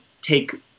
take